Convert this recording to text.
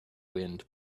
wind